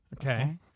Okay